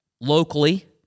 locally